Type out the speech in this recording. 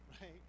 right